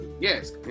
Yes